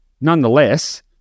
nonetheless